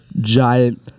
giant